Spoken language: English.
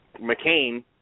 McCain